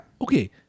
Okay